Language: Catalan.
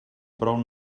prou